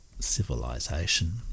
civilization